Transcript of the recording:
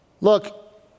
Look